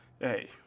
Hey